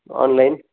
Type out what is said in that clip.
online